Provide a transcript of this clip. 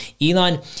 Elon